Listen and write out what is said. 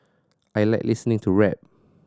I like listening to rap